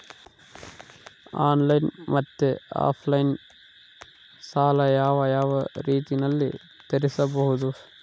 Online ಮತ್ತೆ offline ಸಾಲ ಯಾವ ಯಾವ ರೇತಿನಲ್ಲಿ ತೇರಿಸಬಹುದು?